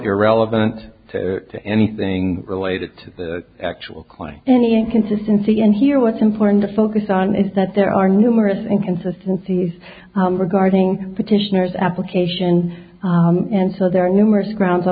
irrelevant to anything related to the actual quite the inconsistency in here what's important to focus on is that there are numerous and consistencies regarding petitioners application and so there are numerous grounds